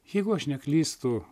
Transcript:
jeigu aš neklystu